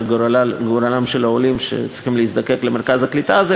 גורלם של העולים שצריכים להזדקק למרכז הקליטה הזה.